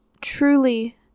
truly